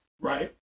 right